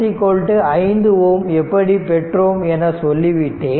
RN 5 Ω எப்படி பெற்றோம் என சொல்லிவிட்டேன்